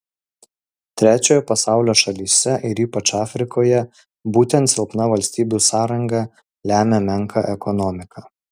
trečiojo pasaulio šalyse ir ypač afrikoje būtent silpna valstybių sąranga lemia menką ekonomiką